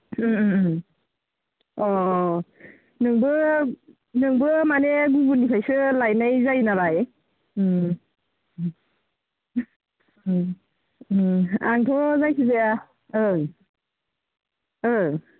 अ नोंबो नोंबो मानि गुबुननिफायसो लायनाय जायो नालाय आंथ' जायखि जाया ओं ओं